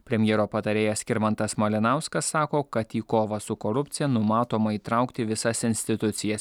premjero patarėjas skirmantas malinauskas sako kad į kovą su korupcija numatoma įtraukti visas institucijas